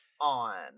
on